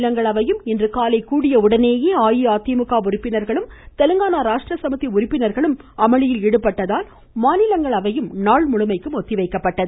மாநிலங்களவை இன்று காலை கூடிய உடனேயே அஇஅதிமுக உறுப்பினர்களும் தெலுங்கானா ராஷ்ட்ர சமிதி உறுப்பினர்களும் அமளியில் ஈடுபட்டதால் அவை நாள் முழுமைக்கும் ஒத்திவைக்கப்பட்டது